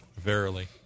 Verily